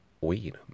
weed